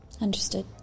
Understood